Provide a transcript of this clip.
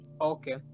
okay